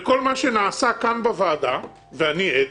לכל מה שנעשה כאן, בוועדה, ואני עד,